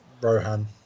Rohan